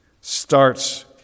starts